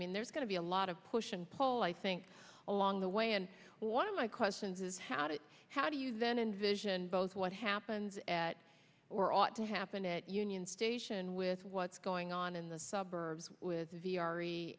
mean there's going to be a lot of push and pull i think along the way and one of my questions is how to how do you then envision both what happens at or ought to happen at union station with what's going on in the suburbs with v r e